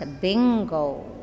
bingo